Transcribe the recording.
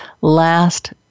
last